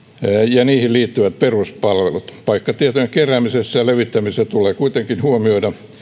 ja niihin liittyvät peruspalvelut paikkatietojen keräämisessä ja levittämisessä tulee kuitenkin huomioida